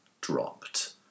dropped